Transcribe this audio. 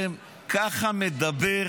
שככה מדבר